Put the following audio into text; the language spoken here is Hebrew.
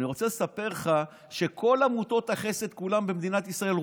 אני רוצה לספר לך שעמותות החסד כולן במדינת ישראל,